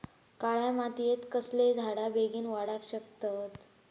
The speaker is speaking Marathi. काळ्या मातयेत कसले झाडा बेगीन वाडाक शकतत?